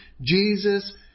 Jesus